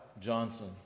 Johnson